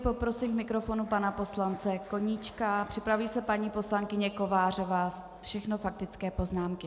Poprosím k mikrofonu pana poslance Koníčka, připraví se paní poslankyně Kovářová, všechno faktické poznámky.